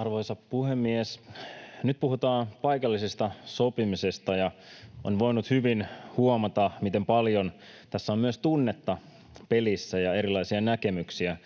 Arvoisa puhemies! Nyt puhutaan paikallisesta sopimisesta, ja on voinut hyvin huomata, miten paljon tässä on myös tunnetta pelissä ja erilaisia näkemyksiä.